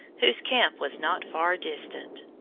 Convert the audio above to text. whose camp was not far distant.